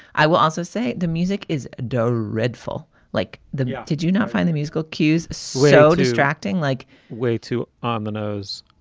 i will also say the music is dreadful, like the did you not find the musical cues so distracting, like way too on the nose?